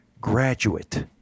graduate